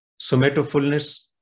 somatofulness